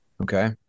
Okay